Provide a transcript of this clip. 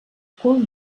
cul